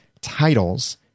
titles